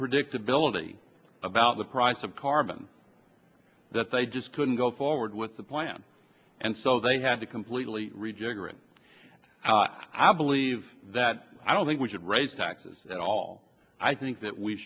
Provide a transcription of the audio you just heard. unpredictability about the price of carbon that they just couldn't go forward with the plan and so they had to completely rejigger it i believe that i don't think we should raise taxes at all i think that we